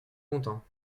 content